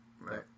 right